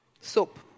SOAP